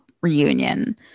reunion